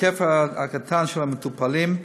המספר הקטן של המטופלים,